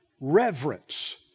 reverence